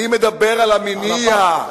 אני מדבר על המניע.